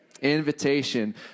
Invitation